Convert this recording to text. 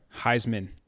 Heisman